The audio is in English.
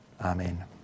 Amen